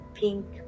pink